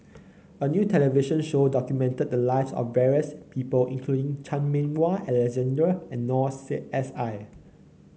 a new television show documented the lives of various people including Chan Meng Wah Alexander and Noor S I